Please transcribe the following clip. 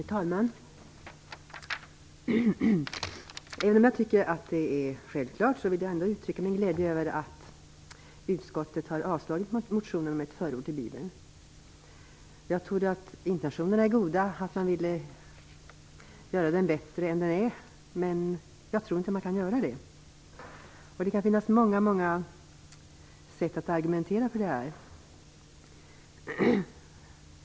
Herr talman! Även om jag tycker att det är självklart vill jag uttrycka min glädje över att utskottet har avslagit motionen om ett förord till Bibeln. Jag tror att intentionerna var goda. Man ville göra Bibeln bättre än den är, men jag tror inte att man kan göra det. Det finns många sätt att argumentera.